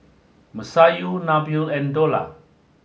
Masayu Nabil and Dollah